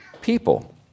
people